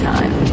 Time